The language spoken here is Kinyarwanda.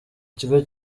kigo